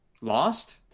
Lost